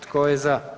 Tko je za?